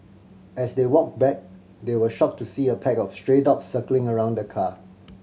as they walked back they were shocked to see a pack of stray dogs circling around the car